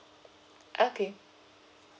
okay